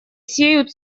сеют